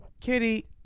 Kitty